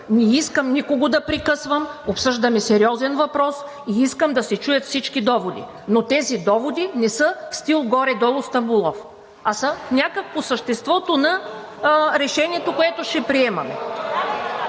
Не искам никого да прекъсвам, обсъждаме сериозен въпрос и искам да се чуят всички доводи, но тези доводи не са в стил горе-долу Стамболов, а са някак по съществото на решението, което ще приемаме.